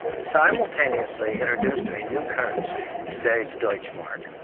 simultaneously introduced a new currency, today's deutsche mark,